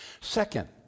Second